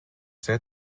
said